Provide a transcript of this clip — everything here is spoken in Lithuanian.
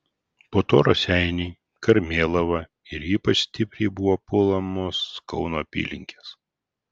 po to raseiniai karmėlava ir ypač stipriai buvo puolamos kauno apylinkės